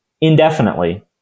indefinitely